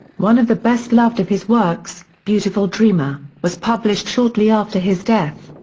one of the best loved of his works, beautiful dreamer, was published shortly after his death.